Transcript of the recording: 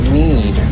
need